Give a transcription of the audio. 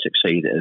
succeed